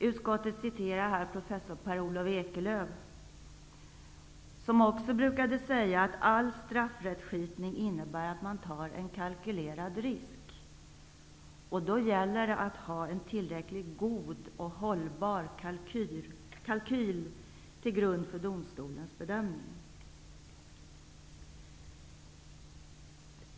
Utskottet hänvisar till Per Olof Ekelöf, som också brukade säga att all straffrättskipning innebär att man tar en kalkylerad risk. Då gäller det att ha en tillräckligt god och hållbar kalkyl som grund för domstolens bedömning.